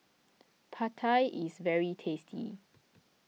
Pad Thai is very tasty